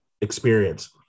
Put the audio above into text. experience